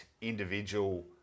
individual